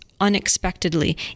unexpectedly